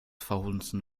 verhunzen